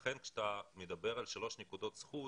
לכן כשאתה מדבר על שלוש נקודות זכות,